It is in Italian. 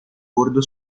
bordo